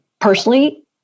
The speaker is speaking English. personally